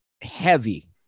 heavy